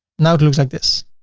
now it looks like this.